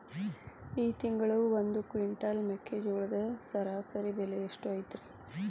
ಈ ತಿಂಗಳ ಒಂದು ಕ್ವಿಂಟಾಲ್ ಮೆಕ್ಕೆಜೋಳದ ಸರಾಸರಿ ಬೆಲೆ ಎಷ್ಟು ಐತರೇ?